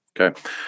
okay